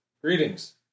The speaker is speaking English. Greetings